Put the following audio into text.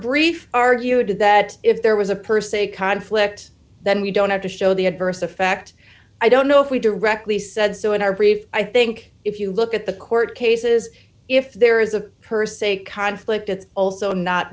brief argued that if there was a person a conflict then we don't have to show the adverse effect i don't know if we directly said so in our brief i think if you look at the court cases if there is a per se conflict it's also not